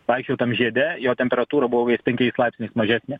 vaikščiojau tam žiede jo temperatūra buvo penkiais laipsniais mažesnė